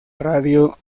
radio